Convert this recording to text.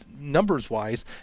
numbers-wise